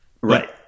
Right